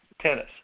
tennis